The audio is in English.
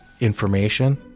information